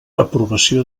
aprovació